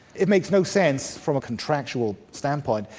it makes no sense from a contractual standpoint,